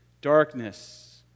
Darkness